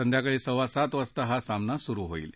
संध्याकाळी सव्वा सात वाजता हा सामना सुरु होईल